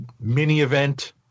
mini-event